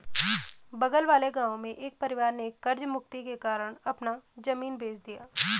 बगल वाले गांव में एक परिवार ने कर्ज मुक्ति के कारण अपना जमीन बेंच दिया